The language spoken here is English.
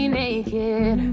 naked